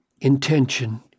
intention